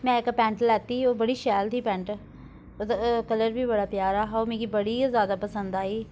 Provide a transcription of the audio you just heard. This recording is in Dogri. में इक पैंट लैती ओह् बड़ी शैल थी पैंट कलर बी बड़ा प्यारा हा ओह् मिगी बड़ी गै ज्यादा पसंद आई